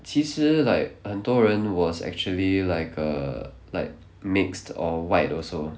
其实 like 很多人 was actually like uh like mixed or white also